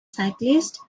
cyclists